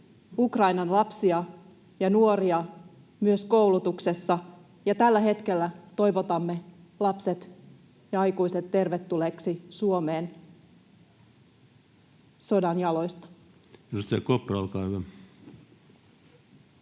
Ukrainan lapsia ja nuoria myös koulutuksessa ja tällä hetkellä toivotamme lapset ja aikuiset tervetulleiksi Suomeen sodan jaloista.